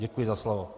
Děkuji za slovo.